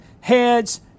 heads